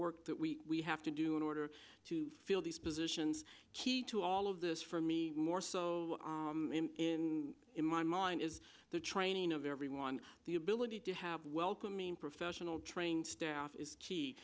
work that we have to do in order to fill these positions key to all of this for me more so in my mind is the training of everyone the ability to have welcoming professional trained staff is key